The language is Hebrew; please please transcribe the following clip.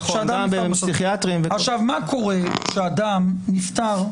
מה קורה כשאדם נפטר,